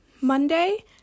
Monday